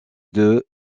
deux